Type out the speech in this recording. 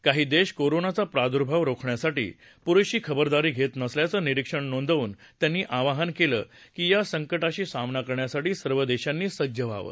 काही देश कोरोनाचा प्रादुर्भाव रोखण्यासाठी पुरेशी खबरदारी घेत नसल्याचं निरीक्षण नोंदवून त्यांनी आवाहन केलं की या संकटाशी सामना करण्यासाठी सर्व देशांनी सज्ज व्हावं